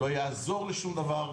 לא יעזור לשום דבר,